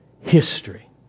history